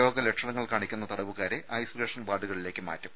രോഗ ലക്ഷണങ്ങൾ കാണിക്കുന്ന തടവുകാരെ ഐസൊലേഷൻ വാർഡുകളിലേക്ക് മാറ്റും